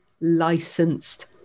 licensed